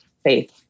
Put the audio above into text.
Faith